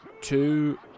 two